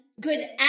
Good